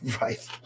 Right